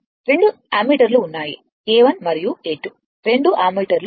రెండు అమ్మీటర్లు ఉన్నాయి A1 మరియు A2 రెండు అమ్మీటర్లు ఉన్నాయి